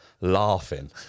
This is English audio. laughing